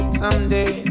someday